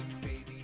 baby